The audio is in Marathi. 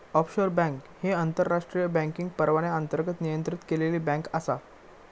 ऑफशोर बँक ही आंतरराष्ट्रीय बँकिंग परवान्याअंतर्गत नियंत्रित केलेली बँक आसा